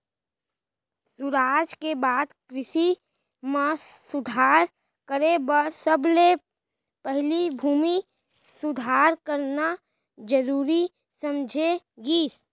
सुराज के बाद कृसि म सुधार करे बर सबले पहिली भूमि सुधार करना जरूरी समझे गिस